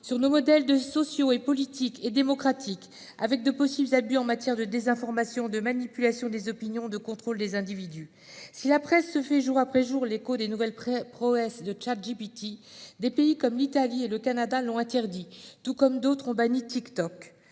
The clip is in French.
sur nos modèles sociaux, politiques et démocratiques, notamment par de possibles abus en matière de désinformation, de manipulation des opinions ou de contrôle des individus. Si la presse se fait, jour après jour, l'écho des nouvelles prouesses de ChatGPT, des pays comme l'Italie ou le Canada l'ont interdit, tout comme d'autres ont banni TikTok.